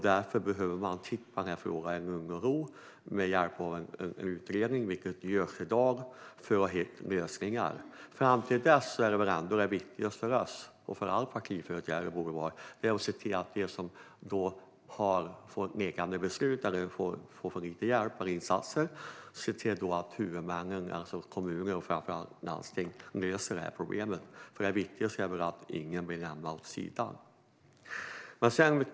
Därför behöver man titta på frågan i lugn och ro med hjälp av en utredning, vilket görs i dag, för att hitta lösningar. Fram till dess är väl ändå det viktigaste för oss - och det borde det vara för alla partiföreträdare - att se till att huvudmännen, alltså kommuner och framför allt landsting, löser problemen för dem som har fått nekande beslut eller för lite hjälp och insatser. Det viktigaste är väl att ingen blir lämnad vid sidan av.